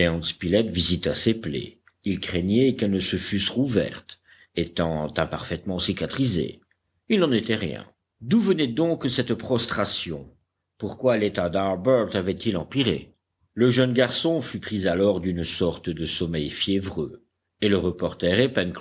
gédéon spilett visita ses plaies il craignait qu'elles ne se fussent rouvertes étant imparfaitement cicatrisées il n'en était rien d'où venait donc cette prostration pourquoi l'état d'harbert avait-il empiré le jeune garçon fut pris alors d'une sorte de sommeil fiévreux et le reporter